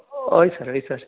हय सर हय सर